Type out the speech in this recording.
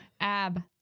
Ab